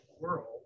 world